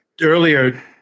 earlier